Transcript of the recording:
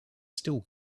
still